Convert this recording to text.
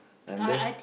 and there's